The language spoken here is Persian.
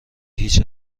هیچ